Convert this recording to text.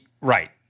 Right